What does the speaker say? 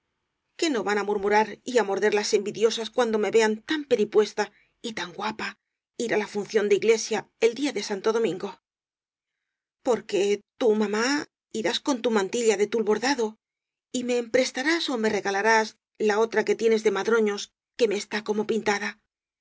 qué no van á murmurar y á morder las envidiosas cuando me vean tan peripuesta y tan guapa ir á la función de iglesia el día de santo domingo porque tú mamá irás con tu mantilla de tul bordado y me emprestarás ó me regalarás la otra que tienes de madroños que me está como pintada